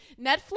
netflix